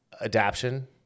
Adaption